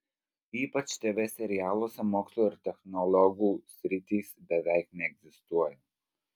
ypač tv serialuose mokslo ir technologų sritys beveik neegzistuoja